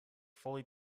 fully